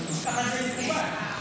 ככה מקובל.